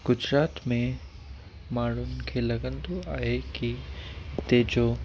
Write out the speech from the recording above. गुजरात में माण्हुनि खे लॻंदो आहे कि हिते जो